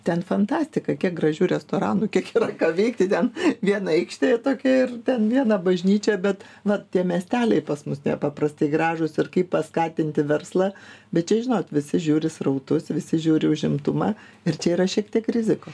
ten fantastika kiek gražių restoranų kiek yra ką veikti ten viena aikštė tokia ir ten viena bažnyčia bet na tie miesteliai pas mus nepaprastai gražūs ir kaip paskatinti verslą bet čia žinot visi žiūri srautus visi žiūri į užimtumą ir čia yra šiek tiek rizikų